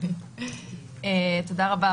תודה רבה.